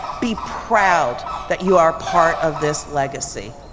be proud that you are part of this legacy.